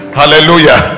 hallelujah